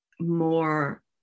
more